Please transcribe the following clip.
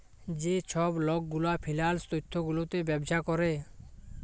যে ছব লক গুলা ফিল্যাল্স তথ্য গুলাতে ব্যবছা ক্যরে